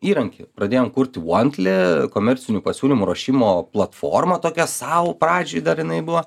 įrankį pradėjom kurti vontli komercinių pasiūlymų ruošimo platformą tokią sau pradžiai dar jinai buvo